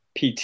PT